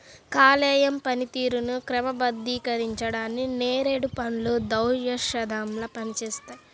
కాలేయం పనితీరుని క్రమబద్ధీకరించడానికి నేరేడు పండ్లు దివ్యౌషధంలా పనిచేస్తాయి